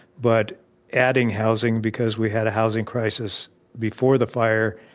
but adding housing, because we had a housing crisis before the fire,